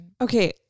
Okay